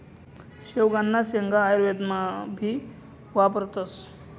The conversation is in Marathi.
शेवगांना शेंगा आयुर्वेदमा भी वापरतस